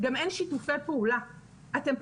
גם אין שיתופי פעולה,